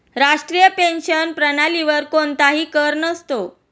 राष्ट्रीय पेन्शन प्रणालीवर कोणताही कर नसतो